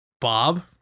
Bob